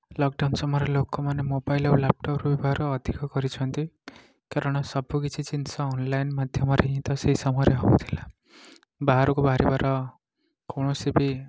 lockdown ସମୟରେ ଲୋକମାନେ mobile ଆଉ ଲ୍ୟାପଟପର ବ୍ୟବହାର ଅଧିକ କରିଛନ୍ତି କାରଣ ସବୁକିଛି ଜିନିଷ ଅନଲାଇନ ମାଧ୍ୟମରେ ହିଁ ତ ସେହି ସମୟରେ ହେଉଥିଲା ବାହାରକୁ ବାହାରିବା ର କୌଣସି ବି